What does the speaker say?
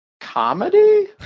comedy